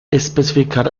especificar